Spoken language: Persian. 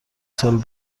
سال